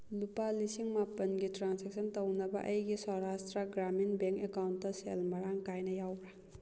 ꯂꯨꯄꯥ ꯂꯤꯁꯤꯡ ꯃꯥꯄꯜꯒꯤ ꯇ꯭ꯔꯥꯟꯖꯦꯛꯁꯟ ꯇꯧꯅꯕ ꯑꯩꯒꯤ ꯁꯣꯔꯥꯁꯇ꯭ꯔ ꯒ꯭ꯔꯥꯃꯤꯟ ꯕꯦꯡ ꯑꯦꯀꯥꯎꯟꯗ ꯁꯦꯜ ꯃꯔꯥꯡ ꯀꯥꯏꯅ ꯌꯥꯎꯕ꯭ꯔꯥ